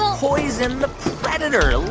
poison the predator. look.